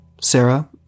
Sarah